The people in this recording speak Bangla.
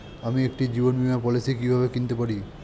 আমি একটি জীবন বীমা পলিসি কিভাবে কিনতে পারি?